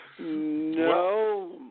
No